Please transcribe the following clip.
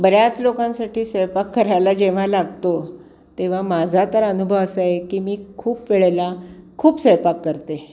बऱ्याच लोकांसाठी स्वयंपाक करायला जेव्हा लागतो तेव्हा माझा तर अनुभव असा आहे की मी खूप वेळेला खूप स्वयंपाक करते